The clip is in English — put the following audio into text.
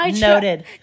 Noted